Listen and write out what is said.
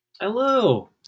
Hello